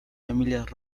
semillas